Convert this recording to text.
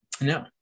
No